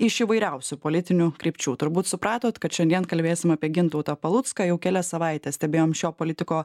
iš įvairiausių politinių krypčių turbūt supratot kad šiandien kalbėsim apie gintautą palucką jau kelias savaites stebėjom šio politiko